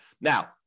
Now